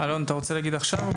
אלון אתה רוצה להגיב עכשיו.